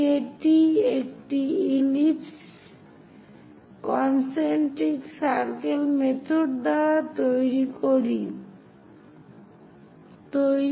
এটি একটি ইলিপস এটি কন্সেন্ত্রিক সার্কেল মেথড দ্বারা তৈরি